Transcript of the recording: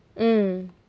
mm